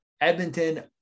Edmonton